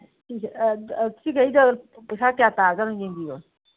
ꯁꯤꯁꯦ ꯁꯤꯒꯩꯗ ꯄꯩꯁꯥ ꯀꯌꯥ ꯇꯥꯔꯖꯥꯠꯅꯣ ꯌꯦꯡꯕꯤꯌꯣꯅꯦ